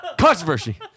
Controversy